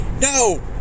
no